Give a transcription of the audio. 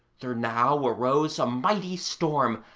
there now arose a mighty storm,